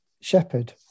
Shepherd